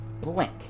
blink